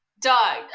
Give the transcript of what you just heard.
dog